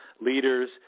leaders